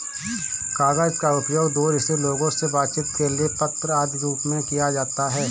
कागज का उपयोग दूर स्थित लोगों से बातचीत के लिए पत्र आदि के रूप में किया जाता है